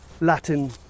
latin